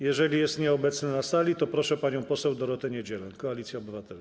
Jeżeli jest nieobecny na sali, to proszę panią poseł Dorotę Niedzielę, Koalicja Obywatelska.